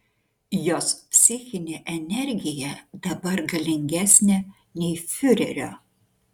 jos psichinė energija dabar galingesnė nei fiurerio